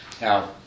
now